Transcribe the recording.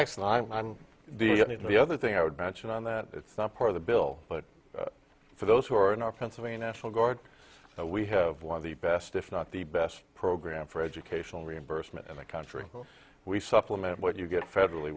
actually going to be the other thing i would mention on that it's not part of the bill but for those who are in our prince of a national guard we have one of the best if not the best program for educational reimbursement in the country we supplement what you get federally